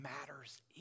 matters